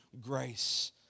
grace